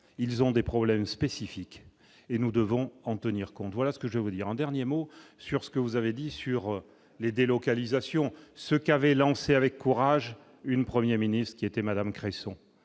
ils ont des problèmes spécifiques et nous devons en tenir compte, voilà ce que je veux dire un dernier mot sur ce que vous avez dit sur les délocalisations, ce qu'avait lancé avec courage une 1er ministre qui était Madame Cresson